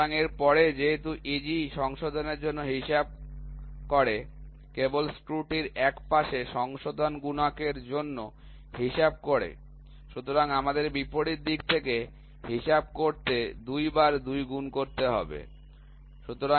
সুতরাং এর পরে যেহেতু AG সংশোধনের জন্য হিসাব করে কেবল স্ক্রুটির একপাশে সংশোধন গুণক এর জন্য হিসাব করে সুতরাং আমাদের বিপরীত দিক থেকে হিসাব করতে 2 বার 2 গুণ করতে হবে